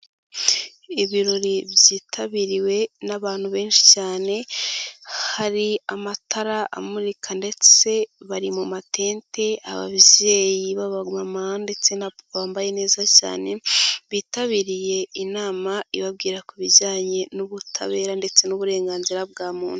Ibirori byitabiriwe n'abantu benshi cyane, hari amatara amurika ndetse bari mu matente, ababyeyi n'abamama ndetse n'abapapa bambaye neza cyane, bitabiriye inama ibabwira ku bijyanye n'ubutabera ndetse n'uburenganzira bwa muntu.